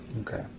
Okay